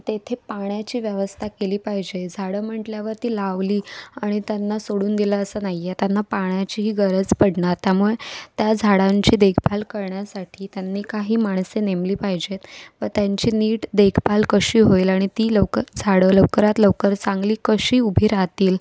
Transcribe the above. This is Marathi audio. तेथे पाण्याची व्यवस्था केली पाहिजे झाडं म्हटल्यावर ती लावली आणि त्यांना सोडून दिलं असं नाही आहे त्यांना पाण्याचीही गरज पडणार त्यामुळे त्या झाडांची देखभाल करण्यासाठी त्यांनी काही माणसे नेमली पाहिजेत व त्यांची नीट देखभाल कशी होईल आणि ती लवकर झाडं लवकरात लवकर चांगली कशी उभी राहतील